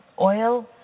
oil